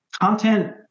content